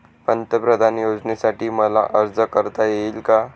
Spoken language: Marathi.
पंतप्रधान योजनेसाठी मला अर्ज करता येईल का?